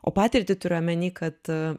o patirtį turiu omeny kad